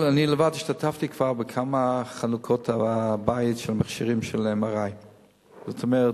אני השתתפתי כבר בכמה חנוכות בית של מכשירי MRI. כלומר,